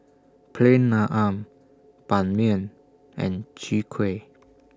Plain Naan Ban Mian and Chwee Kueh